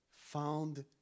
found